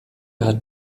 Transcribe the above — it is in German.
hat